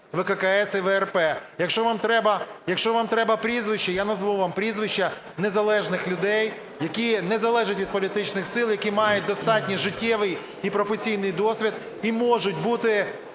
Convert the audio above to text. ВККС і ВРП. Якщо вам треба прізвища, я назву вам прізвища незалежних людей, які не залежать від політичних сил, які мають достатній життєвий і професійний досвід і можуть бути